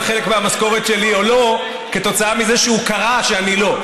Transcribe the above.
חלק מהמשכורת שלי או לא כתוצאה מזה שהוא קרא שאני לא.